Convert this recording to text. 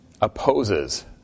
opposes